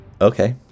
Okay